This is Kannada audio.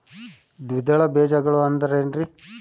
ದ್ವಿದಳ ಬೇಜಗಳು ಅಂದರೇನ್ರಿ?